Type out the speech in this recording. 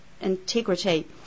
integrity